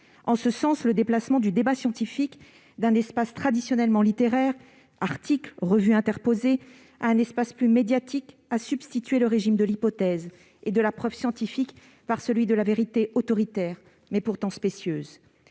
En ce sens, le déplacement du débat scientifique d'un espace traditionnellement littéraire, par articles et revues interposés, à un espace plus médiatique a substitué au régime de l'hypothèse et de la preuve scientifiques celui de la vérité autoritaire, mais non moins spécieuse.